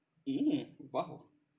mm !wow!